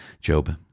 Job